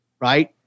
right